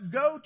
go